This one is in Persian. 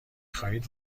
خواهید